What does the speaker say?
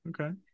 Okay